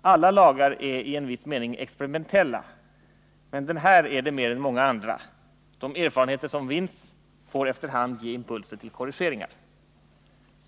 Alla lagar är i en viss mening experimentella, men den här är det mer än många andra — de erfarenheter som vinns får efter hand ge impulser till korrigeringar.